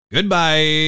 Goodbye